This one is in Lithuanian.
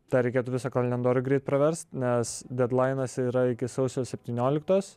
dar reikėtų visą kalendorių greit praverst nes dedlainas yra iki sausio septynioliktos